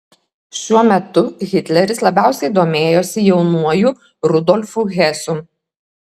šiuo metu hitleris labiausiai domėjosi jaunuoju rudolfu hesu